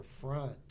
front